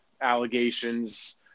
allegations